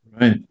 Right